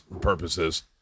purposes